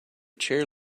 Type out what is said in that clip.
chair